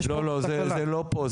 לא, לא, זה לא פה.